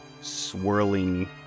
swirling